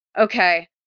Okay